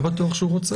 לא בטוח שהוא רוצה.